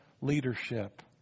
leadership